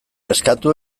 eskatu